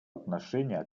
отношения